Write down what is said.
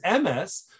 MS